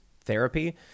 therapy